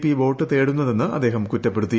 P വോട്ട് തേടുന്നതെന്ന് അദ്ദേഹം കുറ്റപ്പെടുത്തി